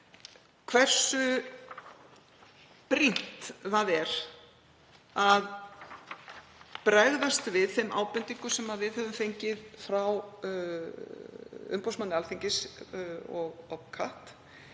hversu brýnt það er að bregðast við þeim ábendingum sem við höfum fengið frá umboðsmanni Alþingis og OPCAT